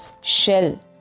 shell